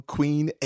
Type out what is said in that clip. Queen